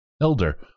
Elder